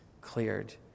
cleared